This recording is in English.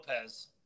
Lopez